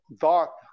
thought